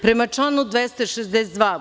Prema članu 262.